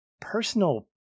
personal